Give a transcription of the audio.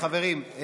חברים,